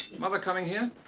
mother coming here?